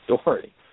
story